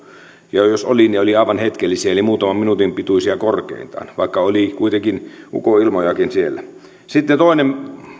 jos oli niin olivat aivan hetkellisiä eli muutaman minuutin pituisia korkeintaan vaikka oli kuitenkin ukonilmojakin siellä sitten toinen